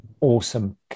Awesome